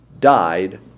died